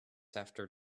after